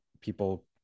people